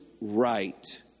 right